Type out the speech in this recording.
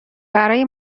برای